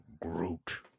Groot